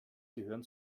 gehören